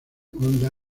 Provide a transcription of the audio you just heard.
honda